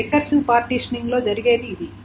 recursive partitioning లో జరిగేది ఇదే